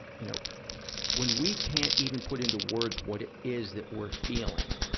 you know when we can't even put into words what it is that we're feeling,